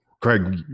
Craig